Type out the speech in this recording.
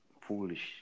foolish